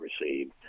received